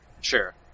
Sure